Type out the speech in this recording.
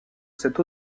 cette